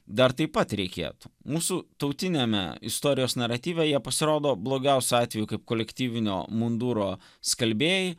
dar taip pat reikėtų mūsų tautiniame istorijos naratyve jie pasirodo blogiausiu atveju kaip kolektyvinio munduro skalbėjai